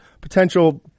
potential